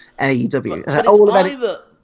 AEW